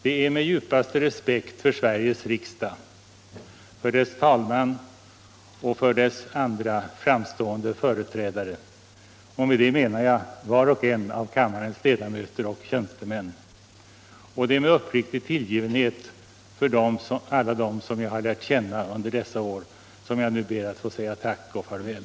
Det är med djupaste respekt för Sveriges riksdag, för dess talman och för dess andra framstående företrädare — och med det menar jag var och en av kammarens ledamöter och tjänstemän — och det är med uppriktig tillgivenhet för alla dem som jag har lärt känna under dessa år som jag nu ber att få säga tack och farväl.